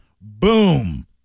Boom